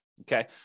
Okay